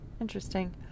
interesting